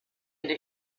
into